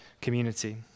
community